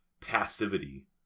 passivity